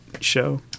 show